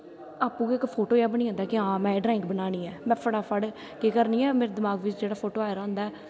आपूं गै इक फोटो जेहा बनी जंदा कि हां में एह् ड्राईंग बनानी ऐ में फटाफट केह् करनी आं मेरे दमाक बिच्च जेह्ड़ा फोटो आए दा होंदा ऐ